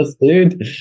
dude